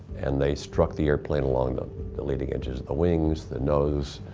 and they struck the airplane along the the leading edges of the wings, the nose,